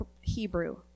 Hebrew